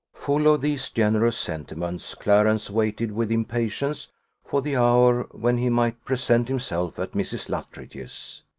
full of these generous sentiments, clarence waited with impatience for the hour when he might present himself at mrs. luttridge's.